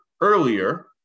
earlier